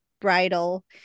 bridal